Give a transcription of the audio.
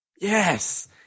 Yes